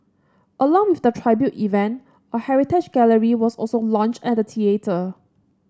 along with the tribute event a heritage gallery was also launched at the theatre